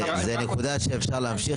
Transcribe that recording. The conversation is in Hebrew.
זו נקודה שאפשר להמשיך,